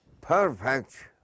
perfect